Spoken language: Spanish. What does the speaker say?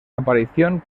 aparición